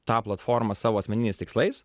tą platformą savo asmeniniais tikslais